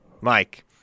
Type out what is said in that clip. Mike